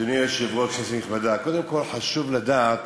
אדוני היושב-ראש, כנסת נכבדה, קודם כול חשוב לדעת